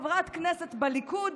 עוד כחברת כנסת בליכוד,